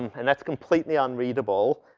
and that's completely unreadable,